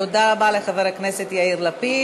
תודה רבה לחבר הכנסת יאיר לפיד.